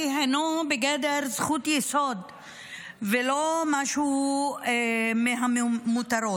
הינו בגדר זכות-יסוד ולא משהו שהוא מותרות.